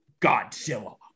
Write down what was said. Godzilla